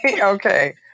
Okay